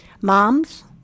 Moms